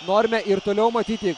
norime ir toliau matyti